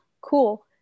Cool